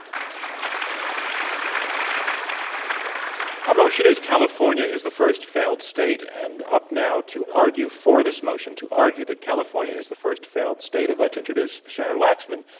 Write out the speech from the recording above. our motion is california is the first failed state, and up now to argue for this motion, to argue that california is the first failed state i'd like to introduce sharon waxman,